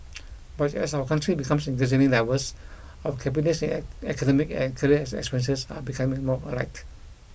but as our country becomes increasingly diverse our cabinet's academic and career experiences are becoming more alike